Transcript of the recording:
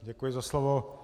Děkuji za slovo.